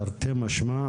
תרתי משמע,